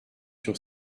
sur